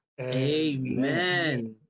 Amen